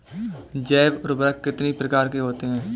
जैव उर्वरक कितनी प्रकार के होते हैं?